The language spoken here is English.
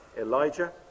Elijah